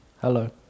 hello